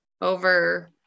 over